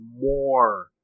more